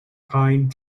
pine